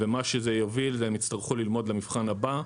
ומה שזה יוביל, זה שהם יצטרכו ללמוד למבחן הבא.